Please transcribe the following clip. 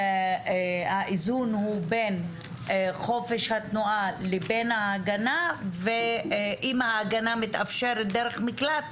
האיזון הוא בין חופש התנועה לבין ההגנה ואם ההגנה מתאפשרת דרך מקלט,